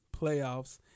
Playoffs